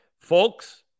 folks